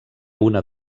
una